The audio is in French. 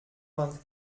vingt